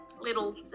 little